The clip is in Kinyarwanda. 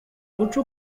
guca